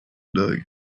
dog